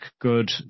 good